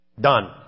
done